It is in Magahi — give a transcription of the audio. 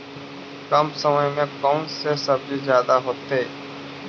कम समय में कौन से सब्जी ज्यादा होतेई?